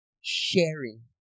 sharing